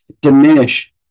diminish